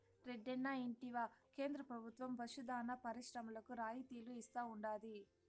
రెడ్డన్నా ఇంటివా కేంద్ర ప్రభుత్వం పశు దాణా పరిశ్రమలకు రాయితీలు ఇస్తా ఉండాది